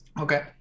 Okay